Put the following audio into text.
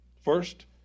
First